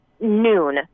noon